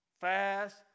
Fast